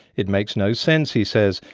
it makes no sense, he says,